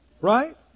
Right